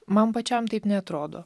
man pačiam taip neatrodo